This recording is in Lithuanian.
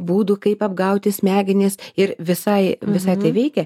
būdų kaip apgauti smegenis ir visai visai tai veikia